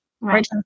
right